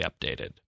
updated